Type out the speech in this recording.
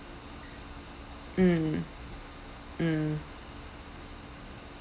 mm mm